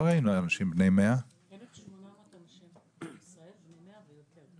אז לא ראינו כל כך הרבה אנשים בני 100. 1,800 אנשים בני ישראל בני 100 ויותר.